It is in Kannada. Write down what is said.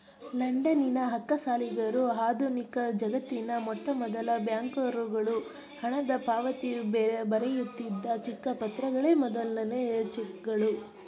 ಲಂಡನ್ನಿನ ಅಕ್ಕಸಾಲಿಗರು ಆಧುನಿಕಜಗತ್ತಿನ ಮೊಟ್ಟಮೊದಲ ಬ್ಯಾಂಕರುಗಳು ಹಣದಪಾವತಿ ಬರೆಯುತ್ತಿದ್ದ ಚಿಕ್ಕ ಪತ್ರಗಳೇ ಮೊದಲನೇ ಚೆಕ್ಗಳು